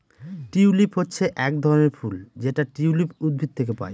tulip হচ্ছে এক ধরনের ফুল যেটা টিউলিপ উদ্ভিদ থেকে পায়